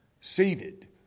seated